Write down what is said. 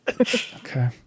Okay